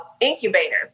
Incubator